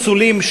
פתקים פסולים,